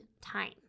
time